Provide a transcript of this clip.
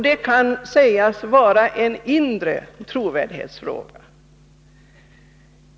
Det kan sägas vara en ”inre trovärdighetsfråga”.